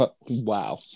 Wow